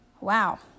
Wow